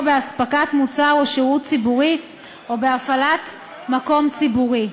באספקת מוצר או שירות ציבורי או בהפעלת מקום ציבורי: